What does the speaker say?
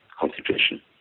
concentration